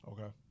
Okay